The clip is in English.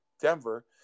Denver